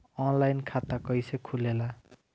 Online खाता कइसे खुलेला?